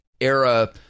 era